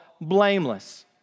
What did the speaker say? blameless